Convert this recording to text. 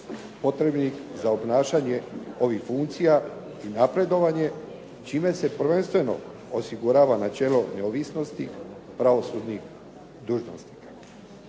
potrebnih za obnašanje ovih funkcija i napredovanje čime se prvenstveno osigurava načelo neovisnosti pravosudnih dužnosnika.